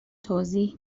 توضیح